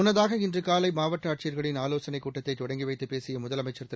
முன்னதாக இன்று காலை மாவட்ட ஆட்சியர்களின் ஆலோசனை கூட்டத்தை தொடங்கி வைத்து பேசிய முதலமைச்சர் திரு